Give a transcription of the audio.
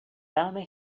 velmi